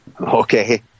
Okay